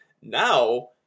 Now